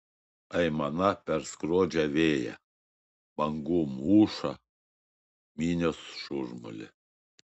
aimana perskrodžia vėją bangų mūšą minios šurmulį